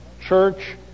church